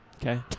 Okay